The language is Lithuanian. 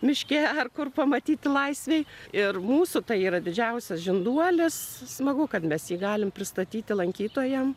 miške ar kur pamatyti laisvėj ir mūsų tai yra didžiausias žinduolis smagu kad mes jį galim pristatyti lankytojam